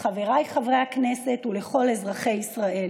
כבוד השר אל-זיאני,